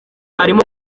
arimo